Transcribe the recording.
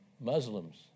Muslims